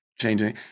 changing